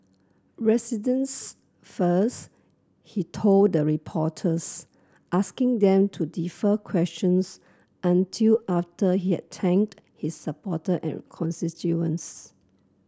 residents first he told the reporters asking them to defer questions until after he had thanked his supporter and constituents